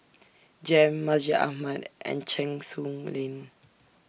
Jem Masjid Ahmad and Cheng Soon Lane